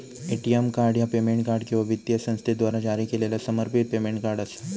ATM card ह्या payment card किंवा वित्तीय संस्थेद्वारा जारी केलेला समर्पित पेमेंट कार्ड असा